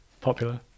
popular